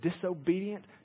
disobedient